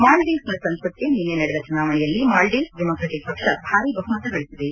ಮಾಲ್ಡೀವ್ಸ್ನ ಸಂಸತ್ಗೆ ನಿನ್ನೆ ನಡೆದ ಚುನಾವಣೆಯಲ್ಲಿ ಮಾಲ್ಡೀವ್ಸ್ ಡೆಮಾಕ್ರೆಟಿಕ್ ಪಕ್ಷ ಭಾರಿ ಬಹುಮತ ಗಳಿಸಿದೆ